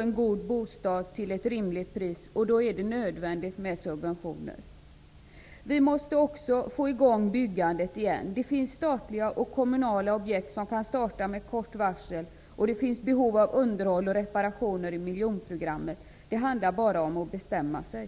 en god bostad till ett rimligt pris, och då är det nödvändigt med subventioner. Vi måste också få i gång byggandet igen. Det finns statliga och kommunala objekt som kan startas med kort varsel, och det finns behov av underhåll och reparationer inom miljonprogrammet. Det handlar bara om att bestämma sig.